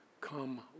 Come